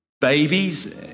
babies